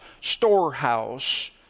storehouse